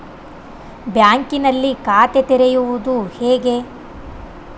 ಬ್ಯಾಂಕಿನಲ್ಲಿ ಖಾತೆ ತೆರೆಯುವುದು ಹೇಗೆ?